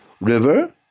River